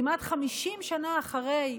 כמעט 50 שנה אחרי,